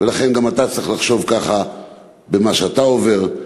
ולכן גם אתה צריך לחשוב ככה במה שאתה עובר,